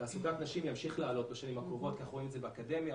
תעסוקת נשים ימשיך לעלות בשנים הקרובות אנחנו רואים את זה באקדמיה,